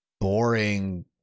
boring